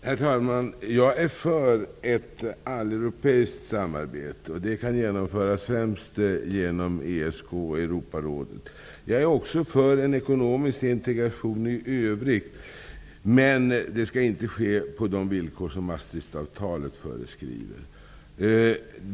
Herr talman! Jag är för ett alleuropeiskt samarbete. Det kan genomföras främst genom ESK och Europarådet. Jag är också för en ekonomisk integration i övrigt, men det skall inte ske på de villkor som Maastrichtavtalet föreskriver.